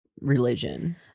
religion